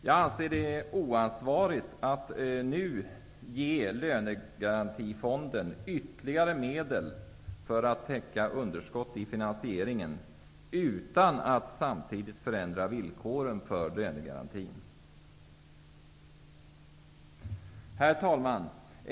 Jag anser det oansvarigt att nu ge lönegarantifonden ytterligare medel för att täcka underskott i finansieringen, utan att samtidigt förändra villkoren för lönegarantin. Herr talman!